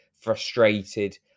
frustrated